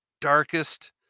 darkest